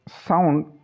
sound